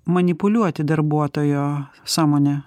manipuliuoti darbuotojo sąmonę